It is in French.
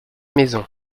maison